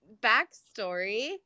backstory